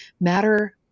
matter